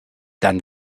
dann